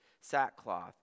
sackcloth